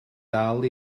dal